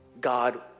God